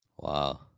Wow